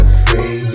free